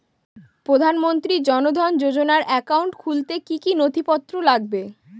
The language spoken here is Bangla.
প্রধানমন্ত্রী জন ধন যোজনার একাউন্ট খুলতে কি কি নথিপত্র লাগবে?